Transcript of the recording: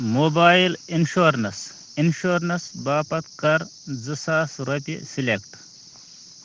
mobile insurance insurance باپتھ کَر زٕ ساس رۄپیہِ سِلٮ۪کٹ